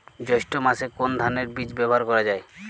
জৈষ্ঠ্য মাসে কোন ধানের বীজ ব্যবহার করা যায়?